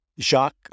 Jacques